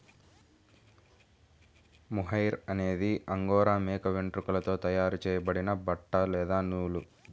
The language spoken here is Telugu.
మొహైర్ అనేది అంగోరా మేక వెంట్రుకలతో తయారు చేయబడిన బట్ట లేదా నూలు